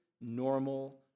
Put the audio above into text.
normal